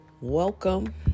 Welcome